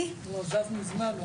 עזב מזמן.